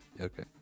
Okay